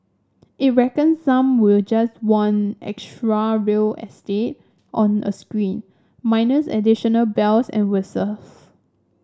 it reckons some will just want extra real estate on a screen minus additional bells and whistles